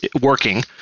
working